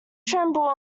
tremble